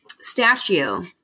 statue